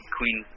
Queen